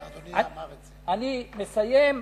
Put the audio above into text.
אדוני, אני מסיים.